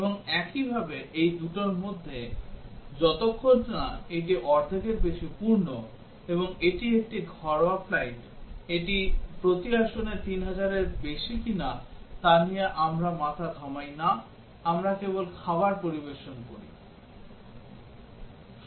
এবং একইভাবে এই দুটোর মধ্যে যতক্ষণ না এটি অর্ধেকের বেশি পূর্ণ এবং এটি একটি ঘরোয়া ফ্লাইট এটি প্রতি আসনে 3000 এর বেশি কিনা তা নিয়ে আমরা মাথা ঘামাই না আমরা কেবল খাবার পরিবেশন করি Refer Time 1626